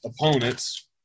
opponents